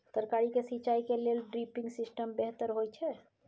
तरकारी के सिंचाई के लेल ड्रिपिंग सिस्टम बेहतर होए छै?